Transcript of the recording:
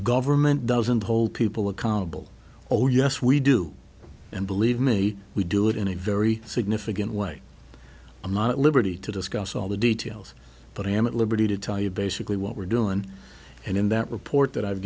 government doesn't hold people accountable oh yes we do and believe me we do it in a very significant way i'm not at liberty to discuss all the details but i am at liberty to tell you basically what we're doing and in that report that i've